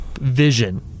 vision